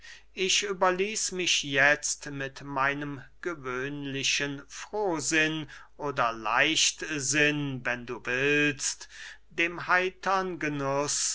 ich überließ mich jetzt mit meinem gewöhnlichen frohsinn oder leichtsinn wenn du willst dem heitern genuß